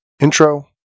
Intro